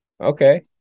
okay